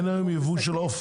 אין היום ייבוא של עוף?